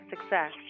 success